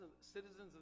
citizens